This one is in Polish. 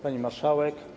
Pani Marszałek!